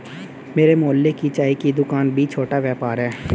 मेरे मोहल्ले की चाय की दूकान भी छोटा व्यापार है